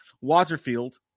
Waterfield